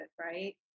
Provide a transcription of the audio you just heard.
right